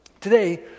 Today